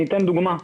אני אתן דוגמה,